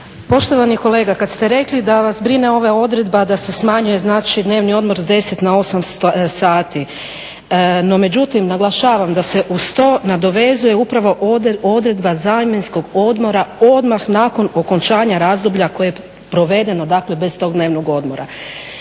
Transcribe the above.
Poštovani kolega kad ste rekli da vas brine ova odredba da se smanjuje znači dnevni odmor s 10 na 8 sati, no međutim naglašavam da se uz to nadovezuje upravo odredba zamjenskog odmora odmah nakon okončanja razdoblja koje je provedeno dakle bez tog dnevnog odmora.